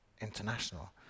international